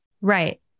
Right